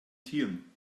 tieren